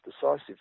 decisive